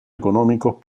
económicos